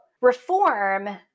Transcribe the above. reform